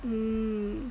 mm